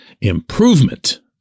improvement